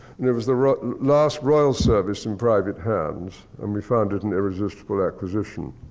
and it was the last royal service in private hands. and we found it an irresistible acquisition.